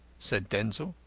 said denzil.